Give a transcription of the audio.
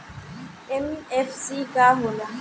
MFC का हो़ला?